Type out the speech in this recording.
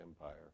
Empire